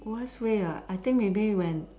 worst way ah I think maybe when